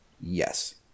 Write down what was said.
Yes